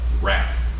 wrath